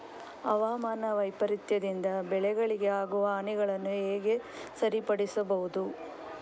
ಹವಾಮಾನ ವೈಪರೀತ್ಯದಿಂದ ಬೆಳೆಗಳಿಗೆ ಆಗುವ ಹಾನಿಗಳನ್ನು ಹೇಗೆ ಸರಿಪಡಿಸಬಹುದು?